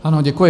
Ano, děkuji.